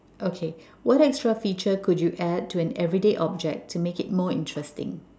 okay what extra feature could you add to an everyday object to make it more interesting